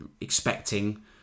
expecting